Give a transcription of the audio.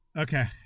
Okay